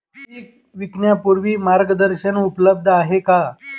पीक विकण्यापूर्वी मार्गदर्शन उपलब्ध आहे का?